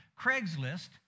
Craigslist